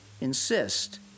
insist